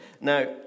Now